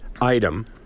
item